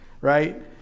right